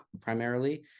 primarily